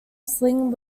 sling